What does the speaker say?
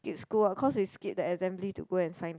skip school ah cause we skip the assembly to go and find